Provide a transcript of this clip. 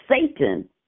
Satan